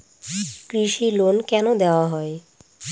কৃষি লোন কেন দেওয়া হয়?